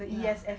ya